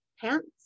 Pants